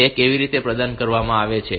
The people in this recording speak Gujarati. તે કેવી રીતે પ્રદાન કરવામાં આવે છે